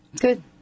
Good